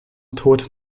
tod